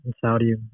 Saudi